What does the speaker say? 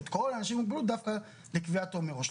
את כל האנשים עם מוגבלות דווקא לקביעת תור מראש.